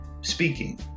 speaking